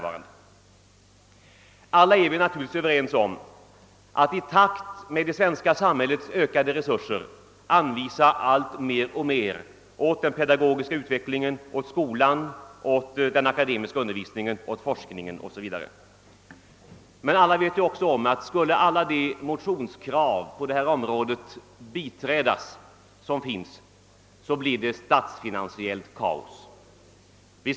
Alla är vi naturligtvis överens om att i takt med ökningen av det svenska samhällets resurser anvisa allt större anslag åt den pedagogiska utvecklingen, åt skolorna, åt den akademiska undervisningen, åt forskningen o.s.v. Men alla känner också till, att om alla motionskraven på detta område skulle bifallas, så bleve det ett statsfinansiellt kaos.